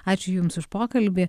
ačiū jums už pokalbį